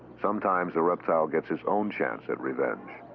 sometimes the reptile gets his own chance at revenge.